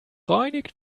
gereinigt